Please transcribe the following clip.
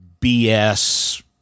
BS